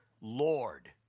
Lord